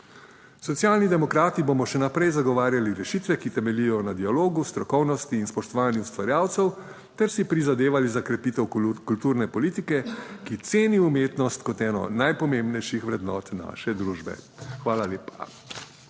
Socialni demokrati bomo še naprej zagovarjali rešitve, ki temeljijo na dialogu, strokovnosti in spoštovanju ustvarjalcev ter si prizadevali za krepitev kulturne politike, ki ceni umetnost kot eno najpomembnejših vrednot naše družbe. Hvala lepa.